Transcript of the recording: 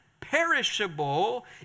perishable